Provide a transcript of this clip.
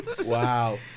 Wow